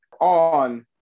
on